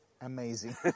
amazing